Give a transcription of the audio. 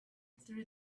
through